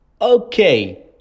Okay